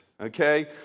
okay